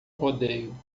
rodeio